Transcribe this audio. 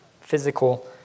physical